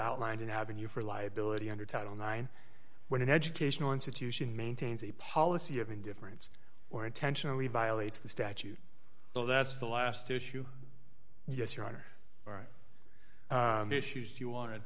outlined an avenue for liability under title nine when an educational institution maintains a policy of indifference or intentionally violates the statute though that's the last issue yes your honor issues you want to